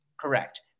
Correct